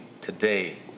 today